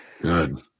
Good